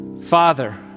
Father